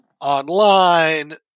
online